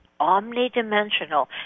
omnidimensional